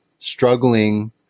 struggling